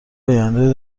آینده